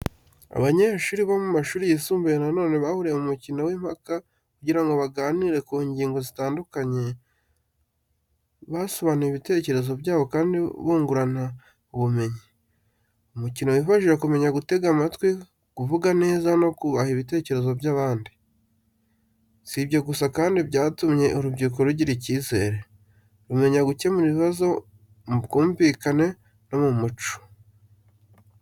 Abanyeshuri bo mu mashuri yisumbuye, none bahuriye mu mukino w’impaka, kugira ngo baganire ku ngingo zitandukanye, basobanuye ibitekerezo byabo kandi bungurana ubumenyi. Umukino wabafashije kumenya gutega amatwi, kuvuga neza no kubaha ibitekerezo by’abandi. Si ibyo gusa kandi byatumye urubyiruko rugira icyizere, rumenya gukemura ibibazo mu bwumvikane no mu mucyo.